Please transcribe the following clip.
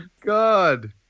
god